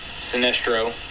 Sinestro